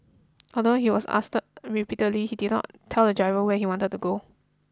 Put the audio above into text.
although he was asked repeatedly he did not tell the driver where he wanted to go